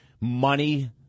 money